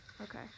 Okay